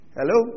Hello